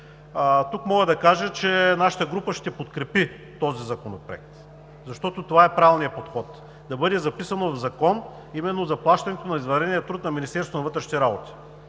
Тук мога да кажа, че нашата група ще подкрепи този законопроект, защото това е правилният подход – да бъде записано в закон именно заплащането на извънредния труд на Министерството на вътрешните работи.